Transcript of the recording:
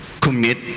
commit